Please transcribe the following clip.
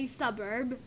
suburb